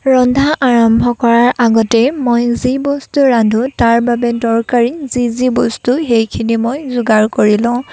ৰন্ধা আৰম্ভ কৰাৰ আগতে মই যি বস্তু ৰান্ধো তাৰ বাবে দৰকাৰী যি যি বস্তু সেইখিনি মই যোগাৰ কৰি লওঁ